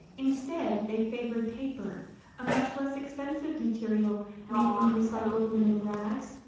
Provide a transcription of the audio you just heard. instead, they favored paper a much less expensive material made from recycled linen rags,